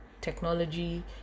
technology